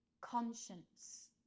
conscience